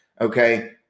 okay